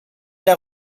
der